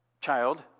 child